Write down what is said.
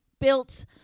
built